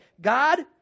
God